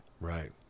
Right